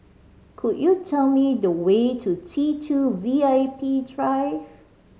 could you tell me the way to T Two V I P Drive